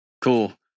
cool